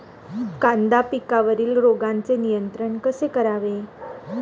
कांदा पिकावरील रोगांचे नियंत्रण कसे करावे?